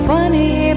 Funny